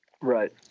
Right